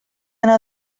yno